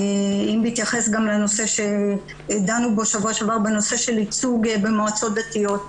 אם בהתייחס גם לנושא שדנו בו בשבוע שעבר בנושא של ייצוג במועצות דתיות,